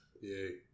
Yay